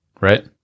right